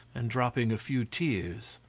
and dropping a few tears.